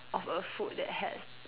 of a food that has